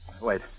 Wait